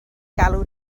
galw